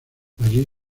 allí